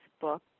book